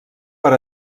per